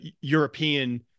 European